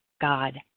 god